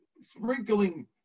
sprinkling